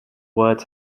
words